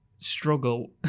struggle